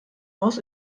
haus